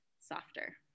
softer